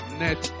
net